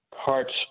parts